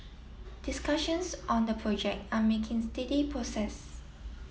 discussions on the project are making steady process